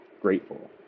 grateful